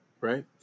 Right